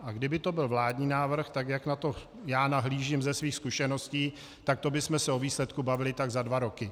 A kdyby to byl vládní návrh, jak na to já nahlížím ze svých zkušeností, tak to bychom se o výsledku bavili tak za dva roky.